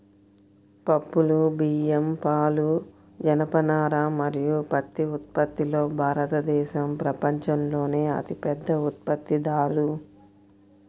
పప్పులు, బియ్యం, పాలు, జనపనార మరియు పత్తి ఉత్పత్తిలో భారతదేశం ప్రపంచంలోనే అతిపెద్ద ఉత్పత్తిదారు